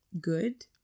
good